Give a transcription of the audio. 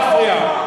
לא להפריע.